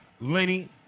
Lenny